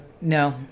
No